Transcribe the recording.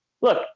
Look